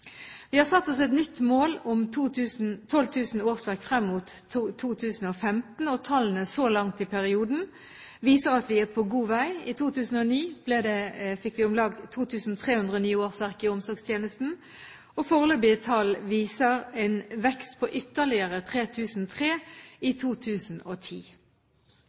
Vi har satt oss et nytt mål om 12 000 årsverk frem mot 2015, og tallene så langt i perioden viser at vi er på god vei. I 2009 fikk vi om lag 2 300 nye årsverk i omsorgstjenesten, og foreløpige tall viser en vekst på ytterligere 3 300 årsverk i 2010.